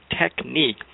Technique